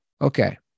Okay